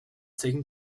taken